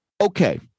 Okay